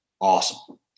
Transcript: awesome